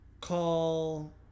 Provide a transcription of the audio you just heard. call